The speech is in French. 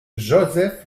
josep